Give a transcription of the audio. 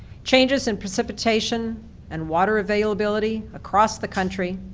changes in precipitation and water availability across the country,